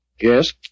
Yes